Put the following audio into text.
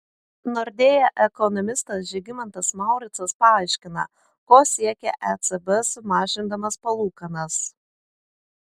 nordea ekonomistas žygimantas mauricas paaiškina ko siekė ecb sumažindamas palūkanas